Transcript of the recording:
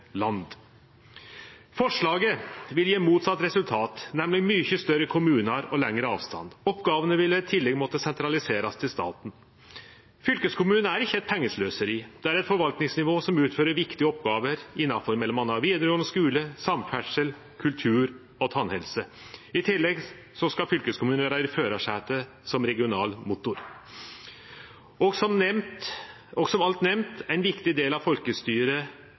vil gje motsett resultat, nemleg mykje større kommunar og lengre avstand. Oppgåvene vil i tillegg måtte sentraliserast til staten. Fylkeskommunen er ikkje eit pengesløseri, det er eit forvaltningsnivå som utfører viktige oppgåver innanfor m.a. vidaregåande skule, samferdsel, kultur og tannhelse. I tillegg skal fylkeskommunen vere i førarsetet som regional motor, og som alt nemnt vere ein viktig del av folkestyret